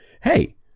Hey